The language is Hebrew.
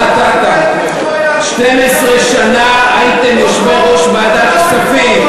12 שנה הייתם יושבי-ראש ועדת כספים,